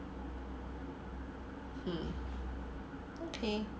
mm okay